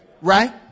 Right